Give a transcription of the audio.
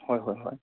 হয় হয় হয়